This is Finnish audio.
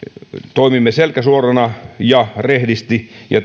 toimimme selkä suorana ja rehdisti ja